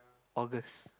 August